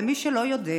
למי שלא יודע,